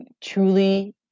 truly